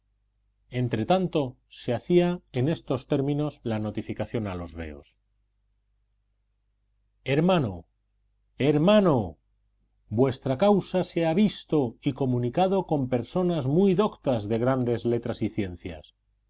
hoguera entretanto se hacía en estos términos la notificación a los reos hermano hermano vuestra causa se ha visto y comunicado con personas muy doctas de grandes letras y ciencias